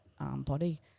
body